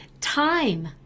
Time